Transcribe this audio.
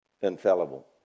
infallible